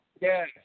Yes